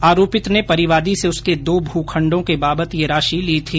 आरोपित ने परिवादी से उसके दो भूखंडो के बाबत ये राशि ली थी